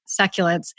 succulents